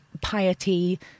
piety